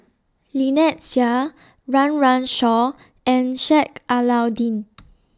Lynnette Seah Run Run Shaw and Sheik Alau'ddin